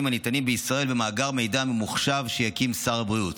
הניתנים בישראל במאגר מידע ממוחשב שיקים שר הבריאות,